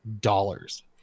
dollars